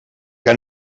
que